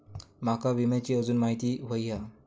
माका विम्याची आजून माहिती व्हयी हा?